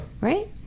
Right